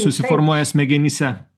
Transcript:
susiformuoja smegenyse